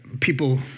people